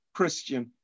Christian